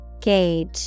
Gauge